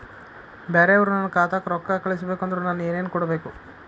ಬ್ಯಾರೆ ಅವರು ನನ್ನ ಖಾತಾಕ್ಕ ರೊಕ್ಕಾ ಕಳಿಸಬೇಕು ಅಂದ್ರ ನನ್ನ ಏನೇನು ಕೊಡಬೇಕು?